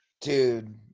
Dude